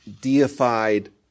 deified